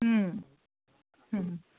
হুম হুম